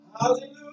hallelujah